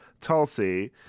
Tulsi